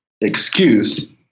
excuse